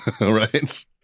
Right